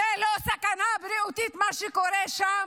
זאת לא סכנה בריאותית מה שקורה שם?